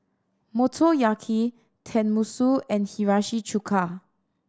Motoyaki Tenmusu and Hiyashi Chuka